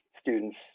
students